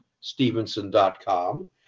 Stevenson.com